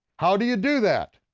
how do you do that?